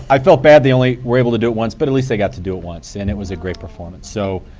felt bad they only were able to do it once, but at least they got to do it once. and it was a great performance. so